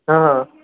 অঁ